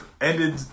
ended